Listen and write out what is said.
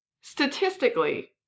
statistically